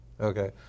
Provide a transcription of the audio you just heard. okay